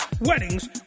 weddings